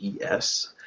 ES